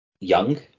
young